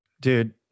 Dude